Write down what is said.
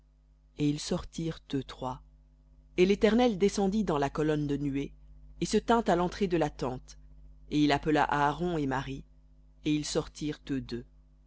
et ils sortirent eux trois et l'éternel descendit dans la colonne de nuée et se tint à l'entrée de la tente et il appela aaron et marie et ils sortirent eux deux